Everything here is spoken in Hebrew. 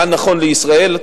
מה נכון לישראל,